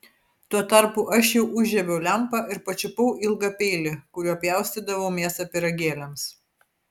tuo tarpu aš jau užžiebiau lempą ir pačiupau ilgą peilį kuriuo pjaustydavau mėsą pyragėliams